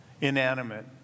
inanimate